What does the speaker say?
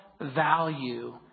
value